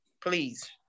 please